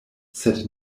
sed